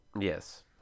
yes